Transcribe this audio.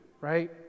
right